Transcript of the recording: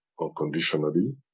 unconditionally